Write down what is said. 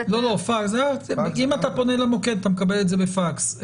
אם אתה פונה למוקד אתה מקבל את זה בפקס,